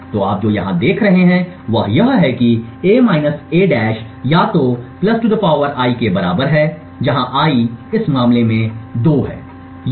तो आप जो यहां देख रहे हैं वह यह है कि a a या तो 2 I के बराबर है जहां I इस मामले में 2 हैं या 2 I